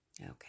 Okay